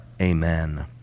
Amen